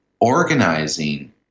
organizing